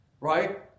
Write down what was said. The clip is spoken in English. right